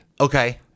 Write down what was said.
okay